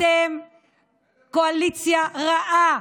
אתם קואליציה רעה.